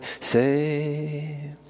say